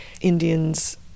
Indians